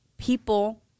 people